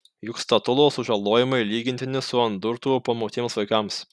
juk statulos sužalojimai lygintini su ant durtuvų pamautiems vaikams